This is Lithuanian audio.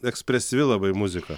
ekspresyvi labai muzika